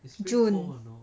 june